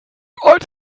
als